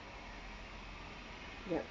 yup